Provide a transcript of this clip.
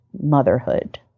motherhood